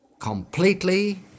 completely